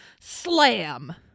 slam